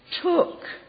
took